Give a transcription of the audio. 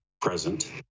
present